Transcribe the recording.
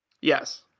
Yes